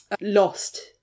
lost